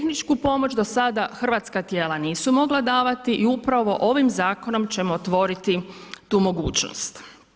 Tehnička pomoć do sada hrvatska tijela nisu mogla davati i upravo ovim zakonom ćemo otvoriti tu mogućnost.